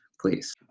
please